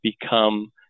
become